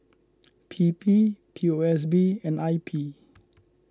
P P P O S B and I P